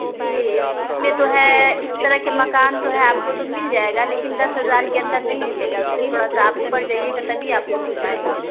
جی اس میں تو ہے اس طرح کے مکان تو ہے آپ کو تو مل جائے گا لیکن دس ہزار کے اندر نہیں ملے گا اس سے تھوڑا سا آپ اوپر جائیے گا تبھی آپ کو مل پائے گا